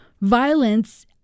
violence